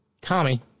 Tommy